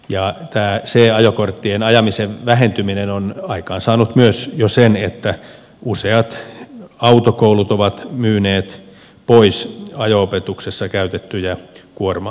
tämä c ajokorttien ajamisen vähentyminen on jo aikaansaanut myös sen että useat autokoulut ovat myyneet pois ajo opetuksessa käytettyjä kuorma autojaan